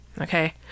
Okay